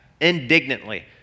Indignantly